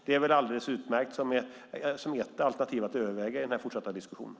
Det är väl alldeles utmärkt som ett alternativ att överväga i den fortsatta diskussionen.